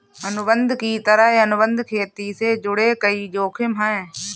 अनुबंध की तरह, अनुबंध खेती से जुड़े कई जोखिम है